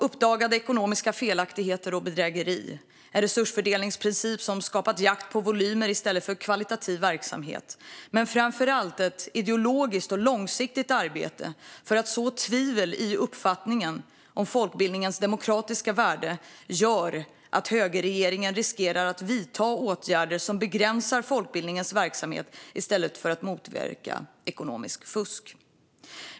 Uppdagade ekonomiska felaktigheter och bedrägerier, en resursfördelningsprincip som skapat jakt på volymer i stället för kvalitativ verksamhet och framför allt ett ideologiskt och långsiktigt arbete för att så tvivel om folkbildningens demokratiska värde gör att högerregeringen riskerar att vidta åtgärder som begränsar folkbildningens verksamhet i stället för att motverka ekonomiskt fusk.